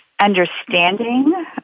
understanding